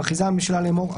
מכריזה הממשלה לאמור: